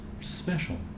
special